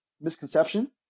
misconception